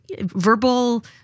verbal